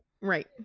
Right